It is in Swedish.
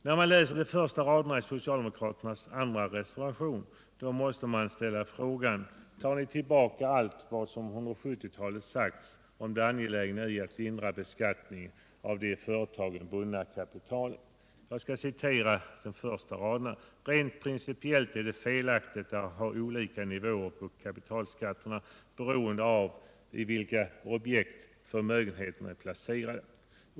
När man nu läser de första raderna i socialdemokraternas andra reservation måste man ställa frågan: Tar ni tillbaka allt vad ni under 1970-talet sagt om det angelägna i alt hindra beskattningen av det i företagen bundna kapitalet? Låt mig citera de första raderna i reservationen: ”Rent principiell är det felaktigt att ha olika nivåer på kapitalskatterna beroende av i vilka objekt förmögenheterna är placerade.